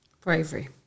bravery